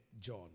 John